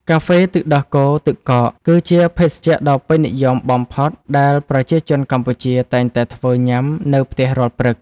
កាហ្វេទឹកដោះគោទឹកកក គឺជាភេសជ្ជៈដ៏ពេញនិយមបំផុតដែលប្រជាជនកម្ពុជាតែងតែធ្វើញ៉ាំនៅផ្ទះរាល់ព្រឹក។